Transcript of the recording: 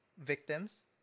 victims